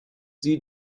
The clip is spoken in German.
sie